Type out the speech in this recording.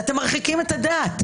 אתם מרחיקים את הדת,